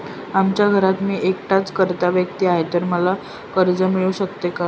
आमच्या घरात मी एकटाच कर्ता व्यक्ती आहे, तर मला कर्ज मिळू शकते का?